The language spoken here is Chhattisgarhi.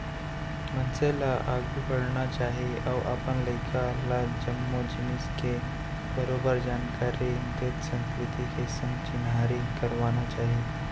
मनसे ल आघू बढ़ना चाही अउ अपन लइका ल जम्मो जिनिस के बरोबर जानकारी देत संस्कृति के संग चिन्हारी करवाना चाही